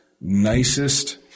nicest